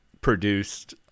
produced